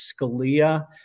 Scalia